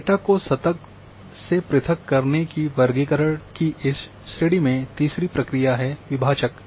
data को सतत से पृथक करने की वर्गीकरण की इस श्रेणी में तीसरी प्रक्रिया है विभाजक